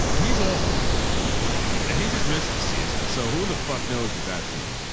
he's old and he just missed the season. so who the fuck knows what? that team?